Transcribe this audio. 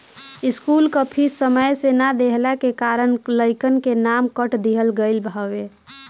school कअ fees समय से ना देहला के कारण लइकन के नाम काट दिहल गईल हवे